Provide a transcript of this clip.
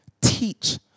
teach